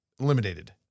eliminated